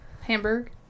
Hamburg